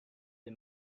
des